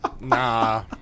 Nah